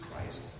Christ